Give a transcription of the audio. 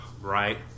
Right